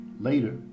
Later